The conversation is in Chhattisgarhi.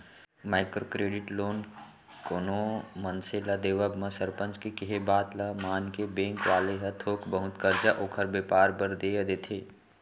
माइक्रो क्रेडिट लोन कोनो मनसे ल देवब म सरपंच के केहे बात ल मानके बेंक वाले ह थोक बहुत करजा ओखर बेपार बर देय देथे